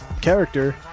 character